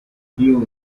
kiu